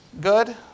good